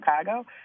Chicago